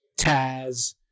Taz